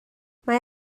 mae